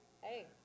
Hey